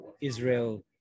Israel